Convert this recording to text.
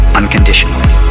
unconditionally